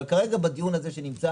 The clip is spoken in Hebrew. אבל כרגע בדיון הזה שנמצא